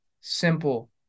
simple